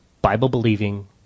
Bible-believing